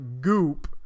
goop